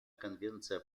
конвенция